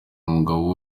umugabo